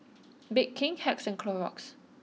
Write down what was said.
Bake King Hacks and Clorox